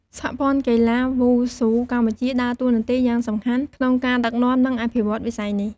សហព័ន្ធកីឡាវ៉ូស៊ូកម្ពុជា ដើរតួនាទីយ៉ាងសំខាន់ក្នុងការដឹកនាំ និងអភិវឌ្ឍន៍វិស័យនេះ។